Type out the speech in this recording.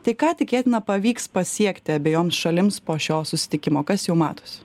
tai ką tikėtina pavyks pasiekti abejoms šalims po šio susitikimo kas jau matosi